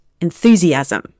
enthusiasm